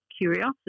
curiosity